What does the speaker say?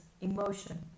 emotion